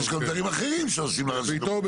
אני